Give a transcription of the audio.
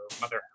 Mother